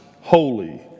holy